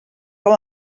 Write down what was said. com